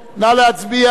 נא להצביע,